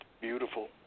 Beautiful